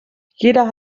jeder